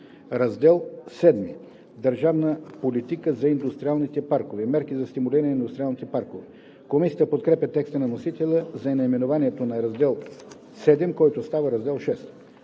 „Раздел VІІ – Държавна политика за индустриалните паркове. Мерки за стимулиране на индустриалните паркове“. Комисията подкрепя текста на вносителя за наименованието на Раздел VII, който става Раздел VI.